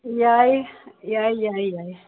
ꯌꯥꯏ ꯌꯥꯏ ꯌꯥꯏ ꯌꯥꯏ